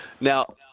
Now